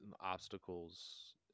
obstacles